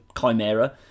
Chimera